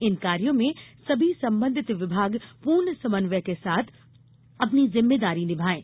इन कार्यों में सभी संबंधित विभाग पूर्ण समन्वय के साथ अपनी जिम्मेदारी निभाएँ